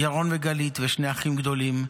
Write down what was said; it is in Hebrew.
ירון וגלית ושני אחים גדולים,